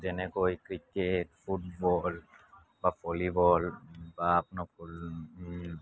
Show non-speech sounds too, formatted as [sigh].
যেনেকৈ cricket football বা volleyball বা [unintelligible]